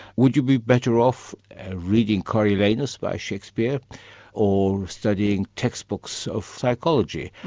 would you be better off ah reading corielanus by shakespeare or studying textbooks of psychology?